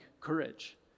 courage